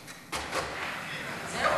זהו?